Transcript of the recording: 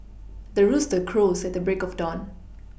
the rooster crows at the break of dawn